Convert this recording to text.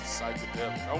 Psychedelic